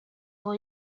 aho